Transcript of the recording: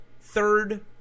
Third